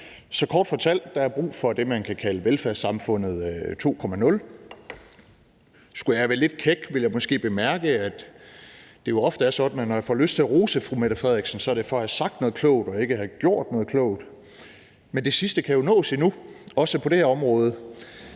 Så kort fortalt er der brug for det, man kunne kalde velfærdssamfundet 2.0. Skulle jeg være lidt kæk, ville jeg måske bemærke, at det jo ofte er sådan, at når jeg får lyst til at rose fru Mette Frederiksen, er det for at have sagt noget klogt og ikke at have gjort noget klogt. Men det sidste kan jo nås endnu, også på det her område,